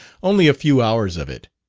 only a few hours of it